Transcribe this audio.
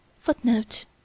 Footnote